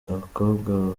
abakobwa